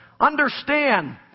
Understand